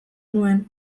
nuen